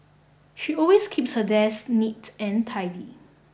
she always keeps her desk neat and tidy